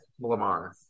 Lamar